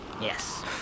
Yes